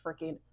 freaking